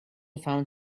found